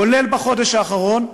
כולל בחודש האחרון,